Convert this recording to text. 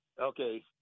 Okay